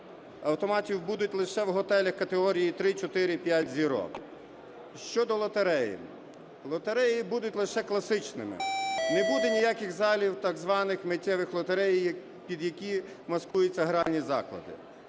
автоматів будуть лише в готелях категорії 3, 4, 5 зірок. Щодо лотереї. Лотереї будуть лише класичними. Не буде ніяких залів так званих "миттєвих лотерей", під які маскуються гральні заклади.